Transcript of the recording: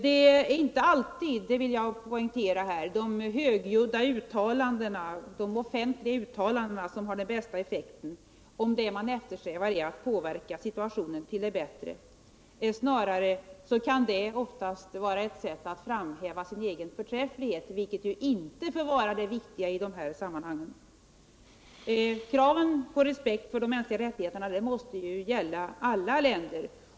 Jag vill poängtera att det inte alltid är de högljudda offentliga uttalandena som får den största effekten, när man eftersträvar att påverka en situation till det bättre. Snarare kan sådana uppfattas som ett sätt att framhäva sin egen förträfflighet, vilket inte bör vara det viktiga i dessa sammanhang. Kraven på respekt för de mänskliga rättigheterna måste gälla alla länder.